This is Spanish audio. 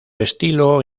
estilo